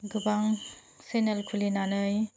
गोबां चेनेल खुलिनानै